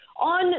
On